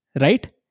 right